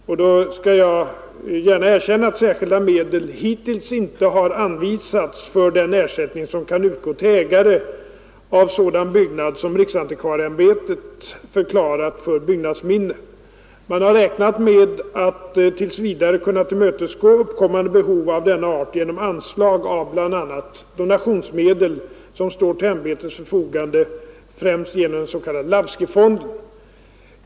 Och då skall jag gärna erkänna att särskilda medel hittills inte anvisats för den ersättning som kan utgå till ägare av sådan byggnad som riksantikvarieämbetet förklarat som byggnadsminne. Man har räknat med att tills vidare kunna tillmötesgå uppkomna behov av denna art genom anslag av bl.a. donationsmedel som står till ämbetets förfogande, främst genom den s.k. Lawskifonden.